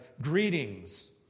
greetings